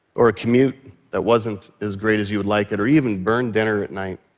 or a commute that wasn't as great as you would like it, or even burned dinner at night.